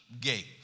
gate